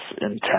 intense